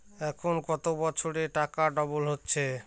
এখন কত বছরে টাকা ডবল হচ্ছে?